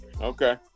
Okay